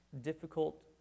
difficult